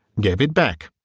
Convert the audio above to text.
gave it back,